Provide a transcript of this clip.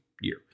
year